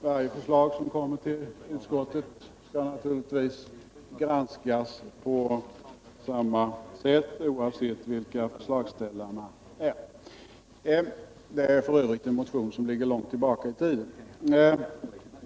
Varje förslag som kommer till utskotten skall naturligtvis granskas på samma sätt, oavsett vem som är förslagsställare. Här gäller det f. ö. en motion som ligger långt tillbaka i tiden.